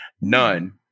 None